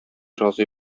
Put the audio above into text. разый